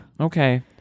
Okay